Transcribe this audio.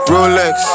Rolex